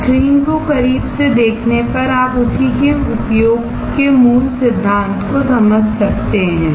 screen के करीब देखने पर आप उसी के उपयोग के मूल सिद्धांत को समझ सकते हैं